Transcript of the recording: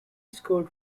scored